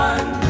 One